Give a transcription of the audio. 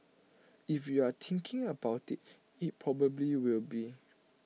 if you're thinking about IT it probably will be